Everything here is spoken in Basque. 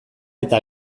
eta